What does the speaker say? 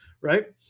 right